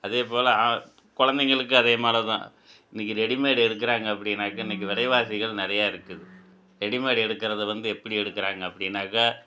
அதே போல குலந்தைங்களுக்கு அதே மாடல் தான் இன்னைக்கி ரெடிமேட் எடுக்குறாங்க அப்படின்னாக்க இன்னைக்கி விலைவாசிகள் நிறையா இருக்குது ரெடிமேட் எடுக்குறதை வந்து எப்படி எடுக்குறாங்க அப்படின்னாக்க